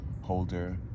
holder